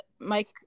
Mike